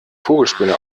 vogelspinne